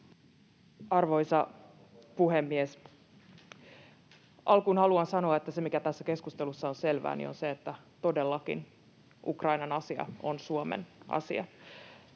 Arvoisa puhemies! Alkuun haluan sanoa, että se, mikä tässä keskustelussa on selvää, on se, että todellakin Ukrainan asia on Suomen asia.